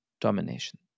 domination